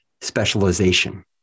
specialization